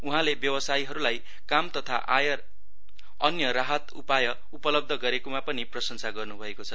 उहाँले व्यवसायीहरूलाई काम तथा अन्य राहत उपाय उपलब्ध गरेकोमा पनि प्रशंसा गर्नुभएकोछ